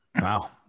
Wow